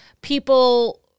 people